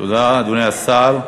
תודה, אדוני השר.